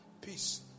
Peace